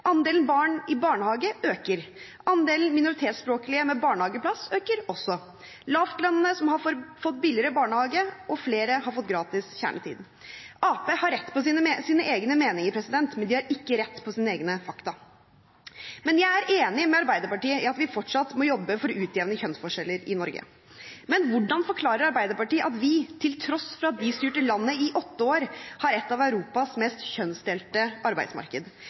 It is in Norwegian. andelen kontantstøttebarn faller, andelen barn i barnehage øker, andelen minoritetsspråklige med barnehageplass øker også, lavtlønnede har fått billigere barnehage, og flere har fått gratis kjernetid. Arbeiderpartiet har rett på sine egne meninger, men de har ikke rett på sine egne fakta. Jeg er enig med Arbeiderpartiet i at vi fortsatt må jobbe for å utjevne kjønnsforskjeller i Norge, men hvordan forklarer Arbeiderpartiet at vi – til tross for at de styrte landet i åtte år – har et av Europas mest kjønnsdelte